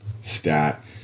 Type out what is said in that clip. stat